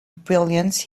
brilliance